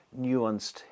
nuanced